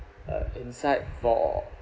uh inside for